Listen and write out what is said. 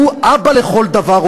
שהוא אבא לכל דבר,